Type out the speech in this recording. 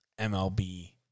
MLB